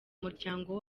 muryango